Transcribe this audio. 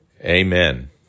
Amen